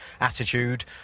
attitude